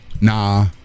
Nah